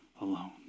alone